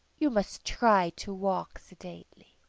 you must try to walk sedately.